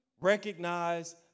Recognize